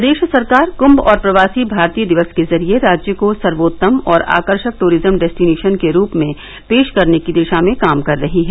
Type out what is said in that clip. प्रदेष सरकार कुंभ और प्रवासी भारतीय दिवस के ज़रिये राज्य को सर्वोत्तम और आकर्शक टूरिज़्म डेस्टिनेंषन के रूप में पेष करने की दिषा में काम कर रही है